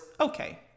okay